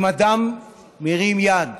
אם אדם מרים יד